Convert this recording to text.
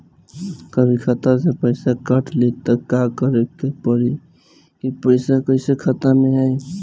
कभी खाता से पैसा काट लि त का करे के पड़ी कि पैसा कईसे खाता मे आई?